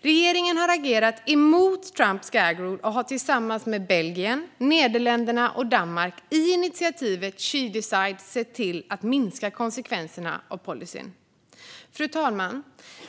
Regeringen har agerat mot Trumps gag rule och har tillsammans med Belgien, Nederländerna och Danmark i initiativet She Decides sett till att minska konsekvenserna av policyn. Fru talman!